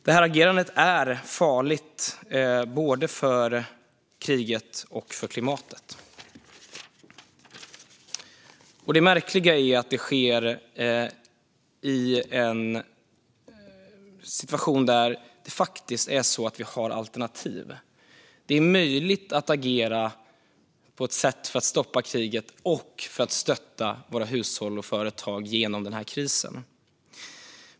Det här agerandet är farligt både för kriget och för klimatet. Det märkliga är att det sker i en situation där vi faktiskt har alternativ. Det är möjligt att agera på ett sätt för att stoppa kriget och för att stötta våra hushåll och företag genom krisen.